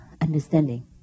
understanding